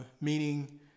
meaning